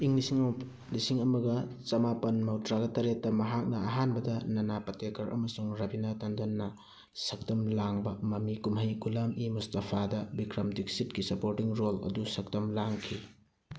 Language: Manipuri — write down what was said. ꯏꯪ ꯂꯤꯁꯤꯡ ꯑꯃꯒ ꯆꯃꯥꯄꯟ ꯃꯧꯗ꯭ꯔꯒ ꯇꯔꯦꯠꯇ ꯃꯍꯥꯛꯅ ꯑꯍꯥꯟꯕꯗ ꯅꯅꯥ ꯄꯥꯇꯦꯀꯔ ꯑꯃꯁꯨꯡ ꯔꯕꯤꯅꯥ ꯇꯟꯗꯟꯅ ꯁꯛꯇꯝ ꯂꯥꯡꯕ ꯃꯃꯤ ꯀꯨꯝꯍꯩ ꯒꯨꯂꯥꯝ ꯏ ꯃꯨꯁꯇꯐꯥꯗ ꯕꯤꯀ꯭ꯔꯝ ꯗꯤꯛꯁꯤꯠꯀꯤ ꯁꯄꯣꯔꯇꯤꯡ ꯔꯣꯜ ꯑꯗꯨ ꯁꯛꯇꯝ ꯂꯥꯡꯈꯤ